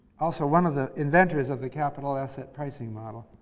also one of the inventors of the capital asset pricing model.